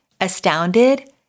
Astounded